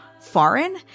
foreign